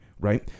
right